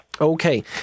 Okay